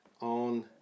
on